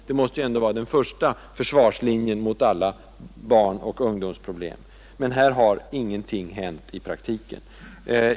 Det måste ändå vara den första försvarslinjen mot alla barnoch ungdomsproblem, men här har ingenting hänt i praktiken. Herr talman!